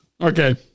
okay